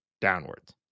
downwards